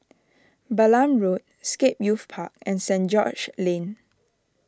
Balam Road Scape Youth Park and Saint George's Lane